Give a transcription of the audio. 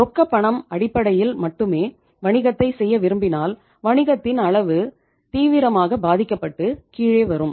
ரொக்கப்பணம் அடிப்படையில் மட்டுமே வணிகத்தை செய்ய விரும்பினால் வணிகத்தின் அளவு தீவிரமாக பாதிக்கப்பட்டு கீழே வரும்